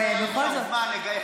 וגם לוקח זמן לגייס רוב,